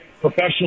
professional